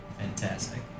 fantastic